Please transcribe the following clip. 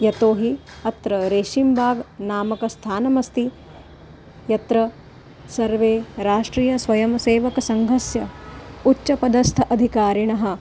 यतोहि अत्र रेशिम्बाग् नामकं स्थानमस्ति यत्र सर्वे राष्ट्रीयस्वयंसेवकसङ्घस्य उच्चपदस्थ अधिकारिणः